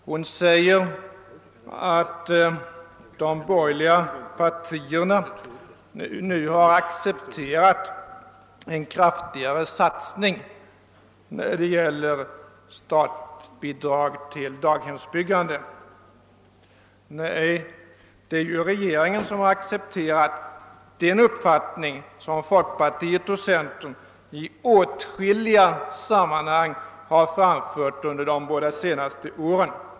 Hon säger att de borgerliga partierna nu har accepterat en kraftigare satsning när det gäller statsbidrag till daghemsbyggande. Nej, det är regeringen som accepterat den uppfattning som folkpartiet och centerpartiet i åtskilliga sammanhang har framfört under de båda senaste åren.